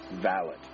valid